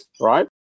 right